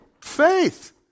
Faith